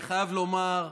אני חייב לומר,